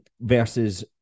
versus